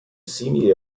simili